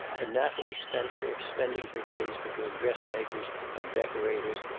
and natalie spencer, spending her days between dressmakers and decorators,